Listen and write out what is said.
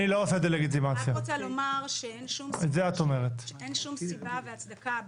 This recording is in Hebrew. אני רק רוצה לומר שאין שום סיבה או הצדקה,